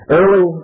early